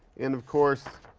and, of course,